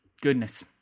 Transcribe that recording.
goodness